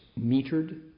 metered